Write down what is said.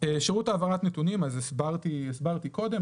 שירות העברת נתונים הסברתי קודם,